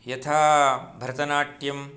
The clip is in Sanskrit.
यथा भरतनाट्यं